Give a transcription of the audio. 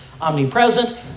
omnipresent